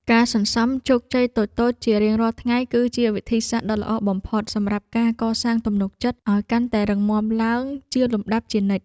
ការសន្សំជោគជ័យតូចៗជារៀងរាល់ថ្ងៃគឺជាវិធីសាស្ត្រដ៏ល្អបំផុតសម្រាប់ការកសាងទំនុកចិត្តឱ្យកាន់តែរឹងមាំឡើងជាលំដាប់ជានិច្ច។